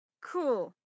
Cool